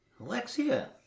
Alexia